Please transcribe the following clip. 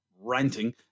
ranting